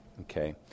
Okay